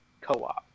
co-op